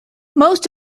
most